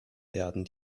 werden